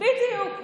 בדיוק.